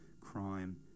crime